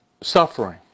suffering